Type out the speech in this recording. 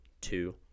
two